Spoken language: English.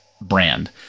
brand